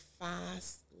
fast